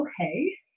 okay